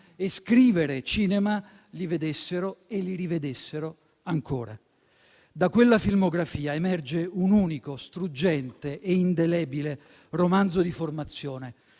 e scrivere cinema li vedessero e li rivedessero ancora. Da quella filmografia emerge un unico, struggente e indelebile romanzo di formazione: